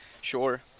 sure